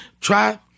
try